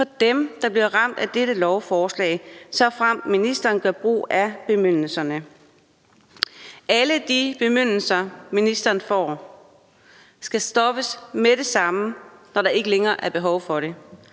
for dem, der bliver ramt af dette lovforslag, såfremt ministeren gør brug af bemyndigelserne. Alle de bemyndigelser, ministeren får, skal stoppes med det samme, når der ikke længere er behov for det.